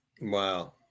Wow